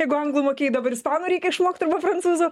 jeigu anglų mokėjai dabar ispanų reikia išmokt arba prancūzų